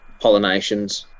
pollinations